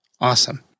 Awesome